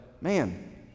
man